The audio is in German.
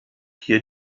hier